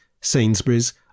Sainsbury's